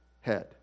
head